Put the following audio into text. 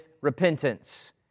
repentance